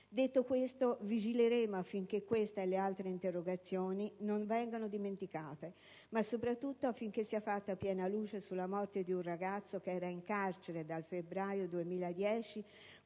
Detto questo, vigileremo affinché queste e le altre interrogazioni non vengano dimenticate, ma soprattutto affinché sia fatta piena luce sulla morte di un ragazzo che era in carcere dal febbraio 2010